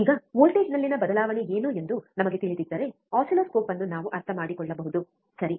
ಈಗ ವೋಲ್ಟೇಜ್ನಲ್ಲಿನ ಬದಲಾವಣೆ ಏನು ಎಂದು ನಮಗೆ ತಿಳಿದಿದ್ದರೆ ಆಸಿಲ್ಲೋಸ್ಕೋಪ್ ಅನ್ನು ನಾವು ಅರ್ಥಮಾಡಿಕೊಳ್ಳಬಹುದು ಸರಿ